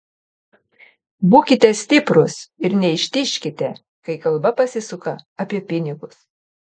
būkite stiprūs ir neištižkite kai kalba pasisuka apie pinigus